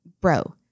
bro